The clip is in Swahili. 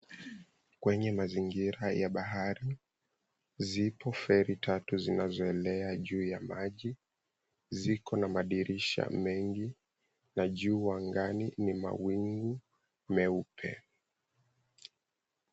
Kwenye mazingira ya bahari zipo feri tatu zinazoenea juu ya maji, ziko na madirisha mengi na juu angani mawingu meupe.